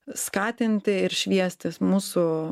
skatinti ir šviestis mūsų